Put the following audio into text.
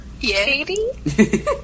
Katie